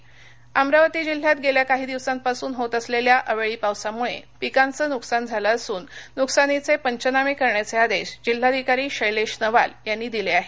पंचनामे अमरावती अमरावती जिल्ह्यात गेल्या काही दिवसांपासून होत असलेल्या अवेळी पावसामूळे पिकांचे नुकसान झाले असून नुकसानीचे पंचनामे करण्याचे आदेश जिल्हाधिकारी शेलेश नवाल यांनी दिले आहेत